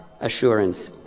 assurance